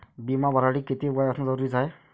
बिमा भरासाठी किती वय असनं जरुरीच हाय?